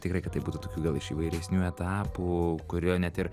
tikrai kad tai būtų tokie gal iš įvairesnių etapų kurio net ir